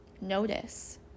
notice